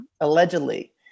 allegedly